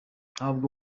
ntabwo